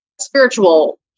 spiritual